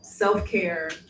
Self-care